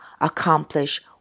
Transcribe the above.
accomplish